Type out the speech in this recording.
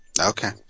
Okay